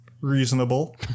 reasonable